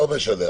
לא משנה.